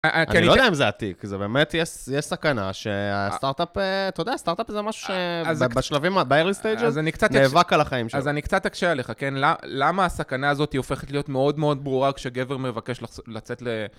אני לא יודע אם זה עתיק, זה באמת, יש סכנה שהסטארט-אפ, אתה יודע, סטארט-אפ זה משהו שבשלבים, בארלי סטייג'ז, נאבק על החיים שלו. אז אני קצת אקשה עליך, כן? למה הסכנה הזאת היא הופכת להיות מאוד מאוד ברורה כשגבר מבקש לצאת ל...